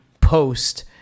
post